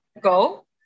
Go